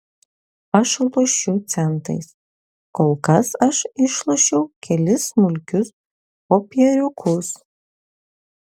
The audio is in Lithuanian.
aš lošiu centais kol kas aš išlošiau kelis smulkius popieriukus